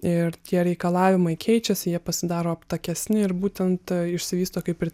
ir tie reikalavimai keičiasi jie pasidaro aptakesni ir būtent išsivysto kaip ir